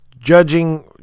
Judging